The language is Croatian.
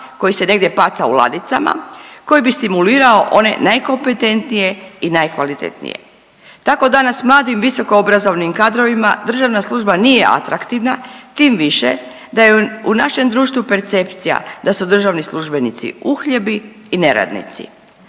koji se negdje paca u ladicama koji bi stimulirao one najkompetentnije i najkvalitetnije. Tako danas mladim visokoobrazovnim kadrovima državna služba nije atraktivna tim više da je u našem društvu percepcija da su državni službenici uhljebi i neradnici.